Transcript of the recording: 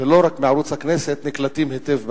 ולא רק מערוץ הכנסת נקלטים היטב בציבור.